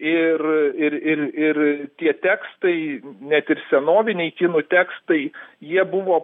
ir ir ir ir tie tekstai net ir senoviniai kinų tekstai jie buvo